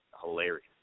hilarious